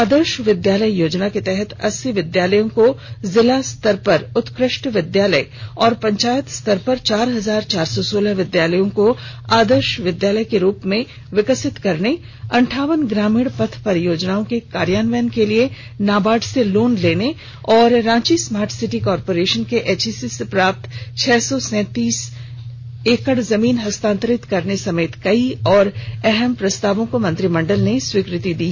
आदर्श विद्यालय योजना के तहत अस्सी विद्यालयों को जिला स्तर पर उत्कृष्ट विद्यालय और पंचायत स्तर पर चार हजार चार सौ सोलह विद्यालयों को आदर्श विद्यालय के रुप में विकसित करने अंठावन ग्रामीण पथ परियोजनाओं के कार्यान्वयन के लिए नाबार्ड से लोन लेने और रांची स्मार्ट सिटी कॉरपोरेशन के एचईसी से प्राप्त छह सौ सैंतालीस एकड़ जमीन हस्तांतरित करने समेत कई और अहम प्रस्तावों को मंत्रिमंडल ने स्वीकृति दे दी